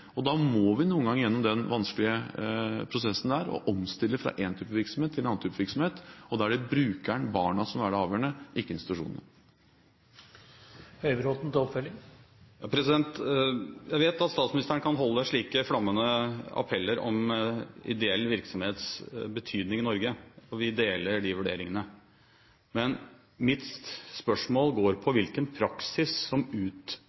og nedlegger en virksomhet, men bakgrunnen for det er at man har bestemt seg for å satse mer på hjemmebasert barnevern, mer på fosterhjem. Da må vi noen ganger gjennom den vanskelige prosessen det er å omstille fra en type virksomhet til en annen type virksomhet. Da er det brukerne, barna, som er det avgjørende – ikke institusjonene. Jeg vet at statsministeren kan holde slike flammende appeller om ideell virksomhets betydning i Norge, og vi